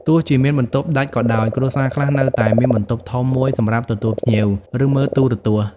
ទោះជាមានបន្ទប់ដាច់ក៏ដោយ គ្រួសារខ្លះនៅតែមានបន្ទប់ធំមួយសម្រាប់ទទួលភ្ញៀវ ឬមើលទូរទស្សន៍។